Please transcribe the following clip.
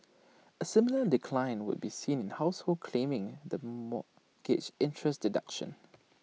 A similar decline would be seen in households claiming the mortgage interest deduction